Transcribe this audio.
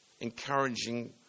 encouraging